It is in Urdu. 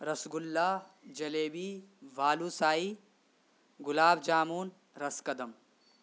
رس گلہ جلیبی والو سائی گلاب جامن رس کدم